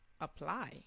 Apply